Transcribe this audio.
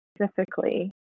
specifically